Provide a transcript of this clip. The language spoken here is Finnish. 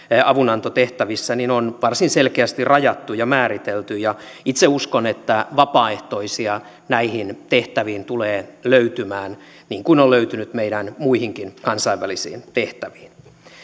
avunantotehtävissä on varsin selkeästi rajattu ja määritelty ja itse uskon että vapaaehtoisia näihin tehtäviin tulee löytymään niin kuin on löytynyt meidän muihinkin kansainvälisiin tehtäviin